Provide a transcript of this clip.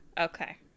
Okay